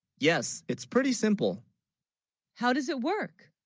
yes it's pretty simple how, does it work?